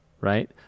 right